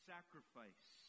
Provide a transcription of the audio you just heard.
Sacrifice